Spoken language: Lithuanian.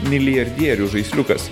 milijardierių žaisliukas